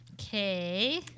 Okay